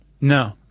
No